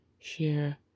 share